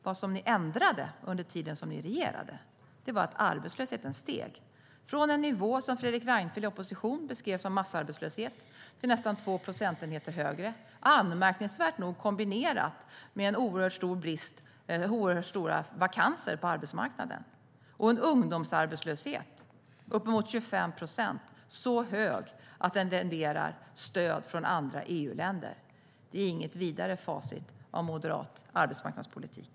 Vad ni ändrade under tiden ni regerade var att arbetslösheten steg från en nivå som Fredrik Reinfeldt i opposition beskrev som massarbetslöshet till nästan 2 procentenheter högre, anmärkningsvärt nog kombinerat med oerhört stora vakanser på arbetsmarknaden och en ungdomsarbetslöshet på uppemot 25 procent - så hög att den renderade stöd från andra EU-länder. Det är inget vidare facit av moderat arbetsmarknadspolitik.